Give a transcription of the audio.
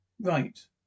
Right